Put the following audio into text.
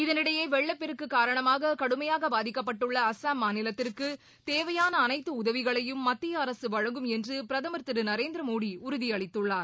இதனிடையே வெள்ளப் பெருக்கு காரணமாக கடுமையாக பாதிக்கப்பட்டுள்ள அசாம் மாநிலத்திற்கு தேவையாள அனைத்து உதவிகளையும் மத்திய அரசு வழங்கும் என்று பிரதமர் திரு நரேந்திரமோடி உறுதியளித்துள்ளார்